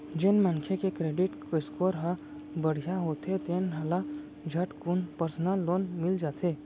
जेन मनखे के करेडिट स्कोर ह बड़िहा होथे तेन ल झटकुन परसनल लोन मिल जाथे